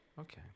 Okay